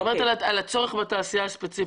אני מדברת על הצורך בתעשייה הספציפית.